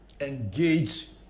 engage